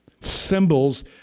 Symbols